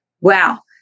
Wow